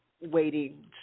waiting